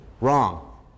wrong